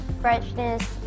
freshness